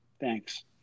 Thanks